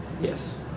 Yes